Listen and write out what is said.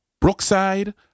Brookside